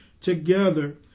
together